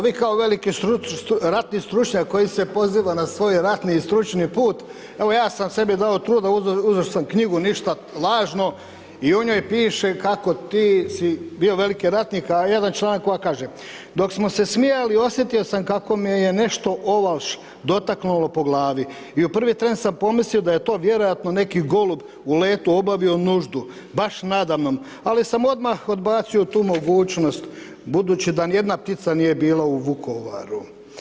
Vi kao veliki ratni stručnjak koji se poziva na svoj ratni i stručni put, evo ja sam sebi dao truda, uzeo sam knjigu „Ništa lažno“ i u njoj piše kako ti si bio veliki ratnik, a jedan članak koji kaže: „Dok smo se smijali osjetio sam kako me je nešto ovalš dotaknulo po glavi i u prvi tren sam pomislio da je to vjerojatno neki golub u letu obavio nuždu, baš nada mnom, ali sam odmah odbacio tu mogućnost budući da nijedna ptica nije bila u Vukovaru.